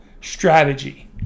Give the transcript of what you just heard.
strategy